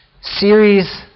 series